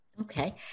Okay